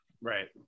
Right